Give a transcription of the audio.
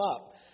up